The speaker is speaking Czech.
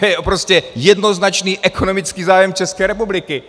To je prostě jednoznačný ekonomický zájem České republiky!